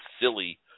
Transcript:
silly